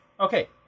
Okay